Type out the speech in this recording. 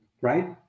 Right